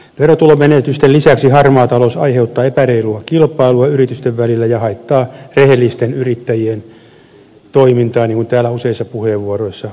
verotulomenetysten lisäksi harmaa talous aiheuttaa epäreilua kilpailua yritysten välillä ja haittaa rehellisten yrittäjien toimintaa niin kuin täällä on useissa puheenvuoroissa todettu